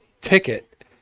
ticket